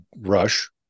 rush